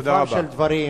לגופם של דברים,